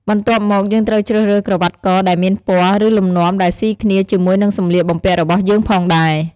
បន្ទាប់មកយើងត្រូវជ្រើសរើសក្រវ៉ាត់កដែលមានពណ៌ ឬលំនាំដែលស៊ីគ្នាជាមួយនិងសម្លៀកបំពាក់របស់យើងផងដែរ។